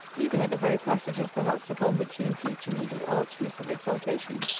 even at the very passages perhaps upon which you impute to me the archness of exultation.